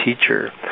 teacher